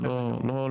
זה לא מורכב.